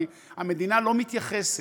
כי המדינה לא מתייחסת.